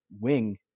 wing